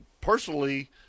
personally